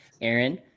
Aaron